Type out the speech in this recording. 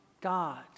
God